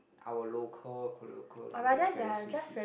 our local local language very simply